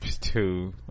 two